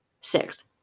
Six